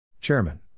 Chairman